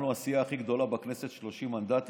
אנחנו הסיעה הכי גדולה בכנסת, 30 מנדטים.